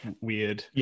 weird